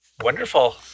Wonderful